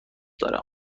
دارم